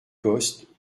costes